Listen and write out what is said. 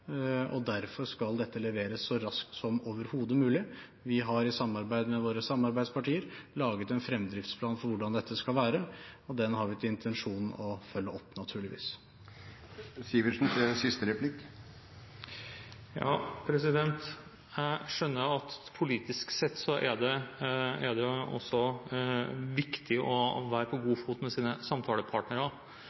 og derfor skal dette leveres så raskt som overhodet mulig. Vi har i samarbeid med våre samarbeidspartier laget en fremdriftsplan for hvordan dette skal være, og den har vi til intensjon å følge opp, naturligvis. Jeg skjønner at politisk sett er det viktig å være på god fot med sine samtalepartnere, men det kan også være klokt å stå på god fot med